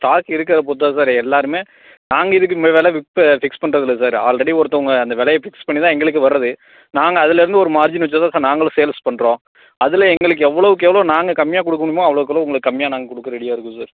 stock இருக்கிறத பொறுத்து தான் சார் எல்லாேருமே நாங்கள் இதுக்கு விலை ஃபிக்ஸ் பண்ணுறது இல்லை சார் ஆல்ரெடி ஒருத்தவங்க அந்த விலைய ஃபிக்ஸ் பண்ணி தான் எங்களுக்கே வர்றது நாங்கள் அதிலேருந்து ஒரு மார்ஜின் வைச்சு தான் சார் நாங்களும் சேல்ஸ் பண்ணுறோம் அதில் எங்களுக்கு எவ்வளோக்கு எவ்வளோ நாங்கள் கம்மியாக கொடுக்க முடியுமோ அவ்வளோக்கு அவ்வளோ உங்களுக்கு கம்மியாக நாங்கள் கொடுக்க ரெடியாக இருக்கோம் சார்